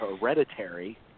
hereditary